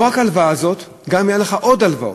לא רק ההלוואה הזאת, גם אם היו לך עוד הלוואות.